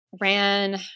ran